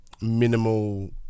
minimal